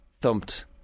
thumped